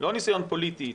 לא ניסיון פוליטי איתך,